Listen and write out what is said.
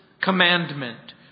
commandment